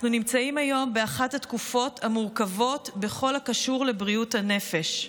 אנחנו נמצאים היום באחת התקופות המורכבות בכל הקשור לבריאות הנפש.